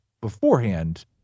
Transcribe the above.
beforehand